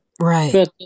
Right